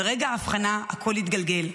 מרגע האבחנה הכול התגלגל,